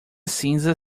cinza